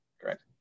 Correct